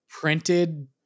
printed